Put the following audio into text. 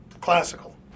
Classical